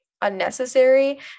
unnecessary